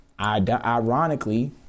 Ironically